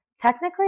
technically